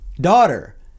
daughter